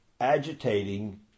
agitating